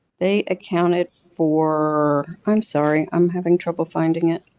they accounted for i'm sorry, i'm having trouble finding it.